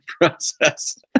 process